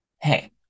Hey